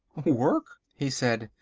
work! he said.